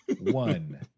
One